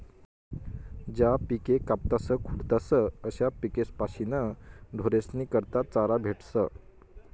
ज्या पिके कापातस खुडातस अशा पिकेस्पाशीन ढोरेस्ना करता चारा भेटस